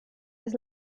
his